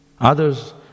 Others